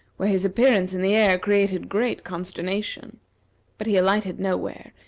where his appearance in the air created great consternation but he alighted nowhere,